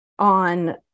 on